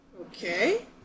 Okay